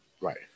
Right